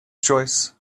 choice